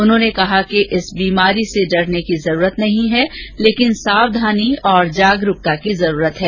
उन्होंने कहा कि इस बीमारी से डरने की जरूरत नहीं है लेकिन सावधानी और जागरूकता की जरूरत है